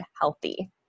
healthy